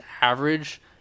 average